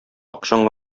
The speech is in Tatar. акчаң